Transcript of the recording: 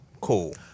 Cool